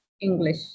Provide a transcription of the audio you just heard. English